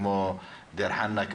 כמו דיר חנא,